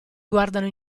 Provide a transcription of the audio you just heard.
guardano